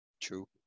True